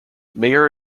major